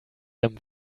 them